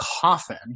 coffin